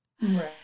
Right